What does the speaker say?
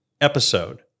episode